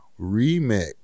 Remix